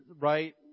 right